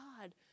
God